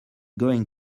going